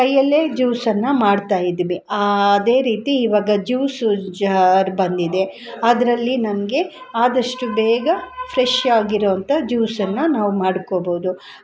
ಕೈಯಲ್ಲೇ ಜ್ಯೂಸನ್ನು ಮಾಡ್ತಾಯಿದ್ವಿ ಅದೇ ರೀತಿ ಇವಾಗ ಜ್ಯೂಸು ಜಾರ್ ಬಂದಿದೆ ಅದರಲ್ಲಿ ನಮಗೆ ಆದಷ್ಟು ಬೇಗ ಫ್ರೆಶ್ ಆಗಿರೋವಂಥ ಜ್ಯೂಸನ್ನು ನಾವು ಮಾಡ್ಕೋಬೋದು